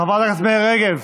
חברת הכנסת מירי רגב,